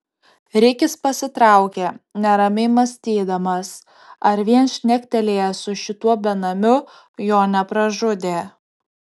rikis pasitraukė neramiai mąstydamas ar vien šnektelėjęs su šituo benamiu jo nepražudė